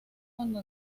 cuando